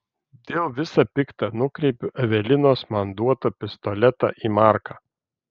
dėl visa pikta nukreipiu evelinos man duotą pistoletą į marką